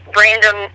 random